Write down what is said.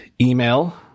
email